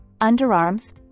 underarms